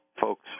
folks